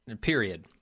Period